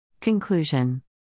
Conclusion